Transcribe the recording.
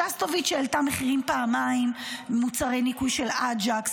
שסטוביץ העלתה מחירים פעמיים: מוצרי ניקוי של אג'קס,